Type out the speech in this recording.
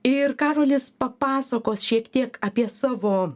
ir karolis papasakos šiek tiek apie savo